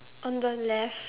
on the left